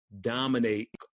dominate